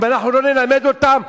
אם אנחנו לא נלמד אותם,